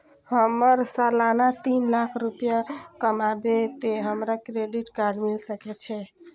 हमर सालाना तीन लाख रुपए कमाबे ते हमरा क्रेडिट कार्ड मिल सके छे?